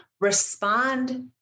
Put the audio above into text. respond